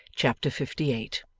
chapter fifty eight